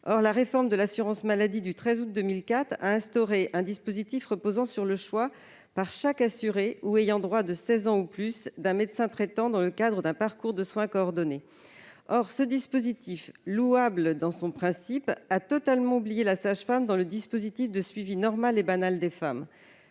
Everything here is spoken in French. Or la réforme de l'assurance maladie du 13 août 2004 a instauré un dispositif reposant sur le choix, par chaque assuré ou ayant droit de 16 ans ou plus, d'un médecin traitant dans le cadre d'un parcours de soins coordonnés. Ce dispositif, louable dans son principe, a totalement oublié les sages-femmes dans le dispositif de suivi normal et banal des femmes.